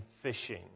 fishing